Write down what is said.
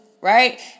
right